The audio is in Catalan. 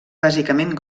bàsicament